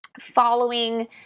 following